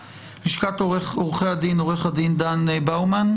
מלשכת עורכי הדין, עורך הדין דן באומן.